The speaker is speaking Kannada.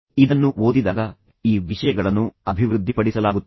ಇದನ್ನು ಓದಿದಾಗ ಈ ವಿಷಯಗಳನ್ನು ಅಭಿವೃದ್ಧಿಪಡಿಸಲಾಗುತ್ತದೆ